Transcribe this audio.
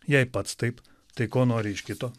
jei pats taip tai ko nori iš kito